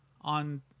on